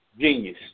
genius